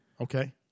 Okay